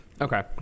okay